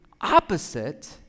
opposite